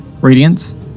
radiance